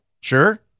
Sure